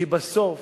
כי בסוף